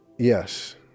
Yes